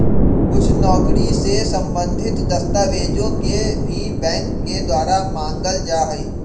कुछ नौकरी से सम्बन्धित दस्तावेजों के भी बैंक के द्वारा मांगल जा हई